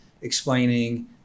explaining